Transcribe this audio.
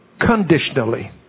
conditionally